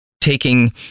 taking